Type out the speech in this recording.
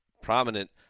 prominent